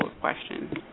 question